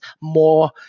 more